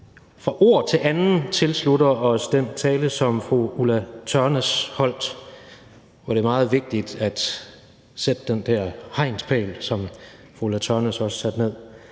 fra ord til andet tilslutter os den tale, som fru Ulla Tørnæs holdt. For det er meget vigtigt at sætte den der hegnspæl, som fru Ulla Tørnæs også satte ned,